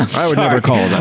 i would never call